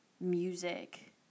music